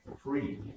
free